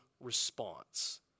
response